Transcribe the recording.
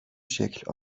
شکل